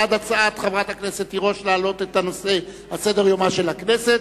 בעד הצעת חברת הכנסת תירוש להעלות את הנושא על סדר-יומה של הכנסת.